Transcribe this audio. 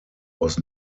was